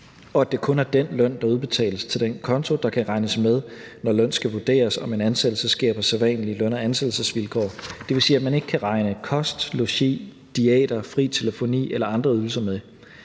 og at det kun er den løn, der udbetales til den konto, der kan regnes med, når det skal vurderes, om en ansættelse sker på sædvanlige løn- og ansættelsesvilkår. Det vil sige, at man ikke kan regne kost, logi, diæter, fri telefoni eller andre ydelser med.